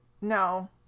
No